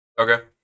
Okay